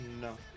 No